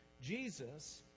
jesus